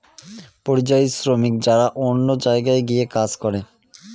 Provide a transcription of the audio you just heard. পরিযায়ী শ্রমিক যারা অন্য জায়গায় গিয়ে কাজ করে